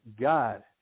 God